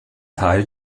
teil